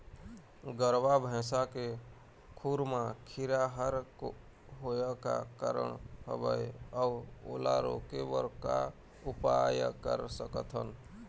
गरवा भैंसा के खुर मा कीरा हर होय का कारण हवए अऊ ओला रोके बर का उपाय कर सकथन?